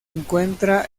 encuentra